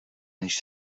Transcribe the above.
než